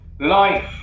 life